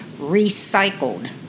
recycled